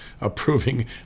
approving